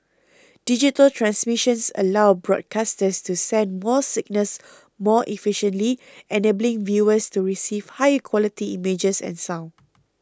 digital transmissions allow broadcasters to send more signals more efficiently enabling viewers to receive higher quality images and sound